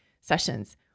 sessions